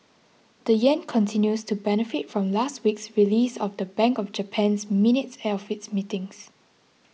the yen continues to benefit from last week's release of the Bank of Japan's minutes of its meetings